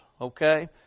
Okay